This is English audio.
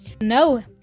No